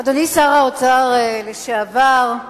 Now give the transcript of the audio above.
אדוני שר האוצר לשעבר,